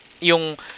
yung